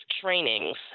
Trainings